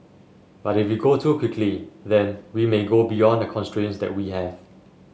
but if we go too quickly then we may go beyond the constraints that we have